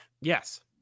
yes